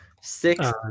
Six